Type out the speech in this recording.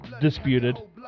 disputed